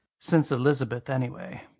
since elizabeth, anyway.